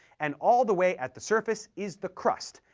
and all the way at the surface is the crust,